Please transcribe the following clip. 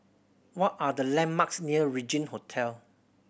what are the landmarks near Regin Hotel